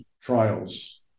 trials